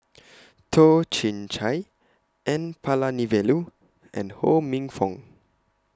Toh Chin Chye N Palanivelu and Ho Minfong